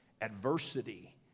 adversity